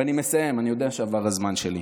ואני מסיים, אני יודע שעבר הזמן שלי.